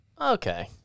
Okay